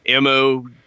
mo